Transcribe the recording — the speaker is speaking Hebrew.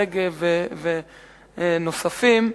רגב ונוספים.